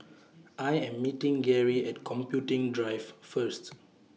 I Am meeting Geary At Computing Drive First